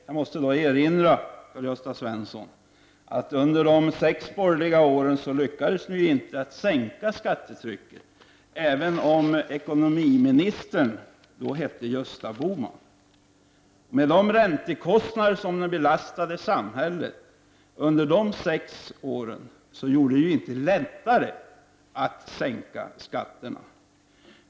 Jag måste erinra Karl-Gösta Svenson om att ni under de sex borgerliga åren inte lyckades sänka skattetrycket även om ekonomiministern då hette Gösta Bohman. Ni gjorde det ju inte lättare att sänka skatterna med de räntekostnader som ni belastade samhället med.